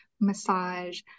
massage